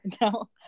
no